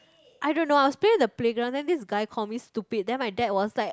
I don't know I was playing in the playground then this guy call me stupid then my dad was like